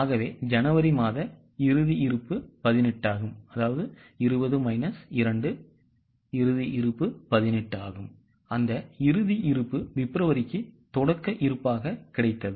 ஆகவே ஜனவரி மாத இறுதி இருப்பு 18 ஆகும் அந்த இறுதி இருப்பு பிப்ரவரிக்கு தொடக்க இருப்பாக கிடைத்தது